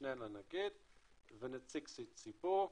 המשנה לנגיד ונציג ציבור.